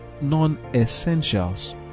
non-essentials